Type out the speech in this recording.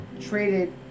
traded